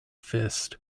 fist